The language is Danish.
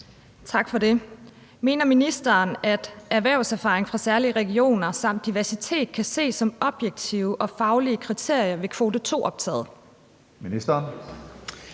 Mener ministeren, at erhvervserfaring fra særlige regioner samt diversitet kan ses som objektive og faglige kriterier ved kvote 2-optaget?